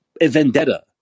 vendetta